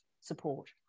support